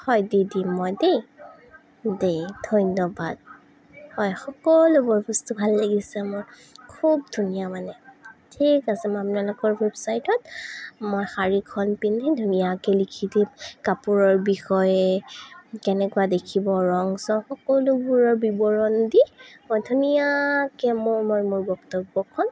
হয় দি দিম মই দেই দেই ধন্যবাদ হয় সকলোবোৰ বস্তু ভাল লাগিছে মোৰ খুব ধুনীয়া মানে ঠিক আছে মই আপোনালোকৰ ৱেবছাইটত মই শাড়ীখন পিন্ধি ধুনীয়াকৈ লিখি দিম কাপোৰৰ বিষয়ে কেনেকুৱা দেখিব ৰং চং সকলোবোৰৰ বিৱৰণ দি মই ধুনীয়াকৈ মোৰ মই মোৰ বক্তব্য ক'ম